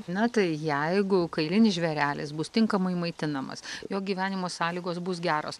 na tai jeigu kailinis žvėrelis bus tinkamai maitinamas jo gyvenimo sąlygos bus geros